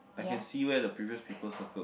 I can see where the previous people circle